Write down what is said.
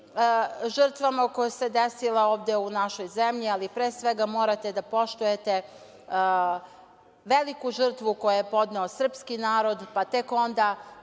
žrtvama koje se desilo ovde u našoj zemlji, ali pre svega morate da poštujete veliku žrtvu koju je podneo srpski narod, pa tek onda